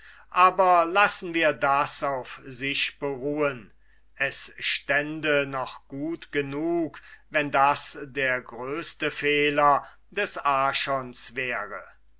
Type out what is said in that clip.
aber lassen wir das auf sich beruhen es stünde noch gut genug wenn das der größte fehler des archons wäre